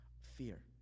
fear